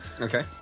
Okay